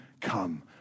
come